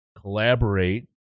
collaborate